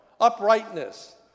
uprightness